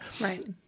Right